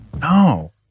No